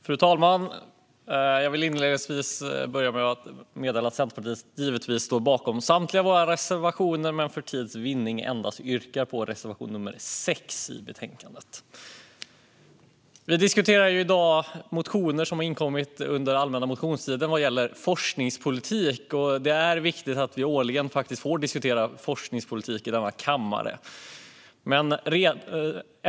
Fru talman! Jag vill inledningsvis meddela att vi i Centerpartiet givetvis står bakom samtliga våra reservationer, men för tids vinnande yrkar jag bifall endast till reservation nr 6 i betänkandet. Vi diskuterar i dag motioner om forskningspolitik som har inkommit under allmänna motionstiden. Det är viktigt att vi årligen får diskutera forskningspolitik i denna kammare.